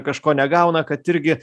kažko negauna kad irgi